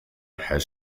has